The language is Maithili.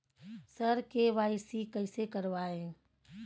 सर के.वाई.सी कैसे करवाएं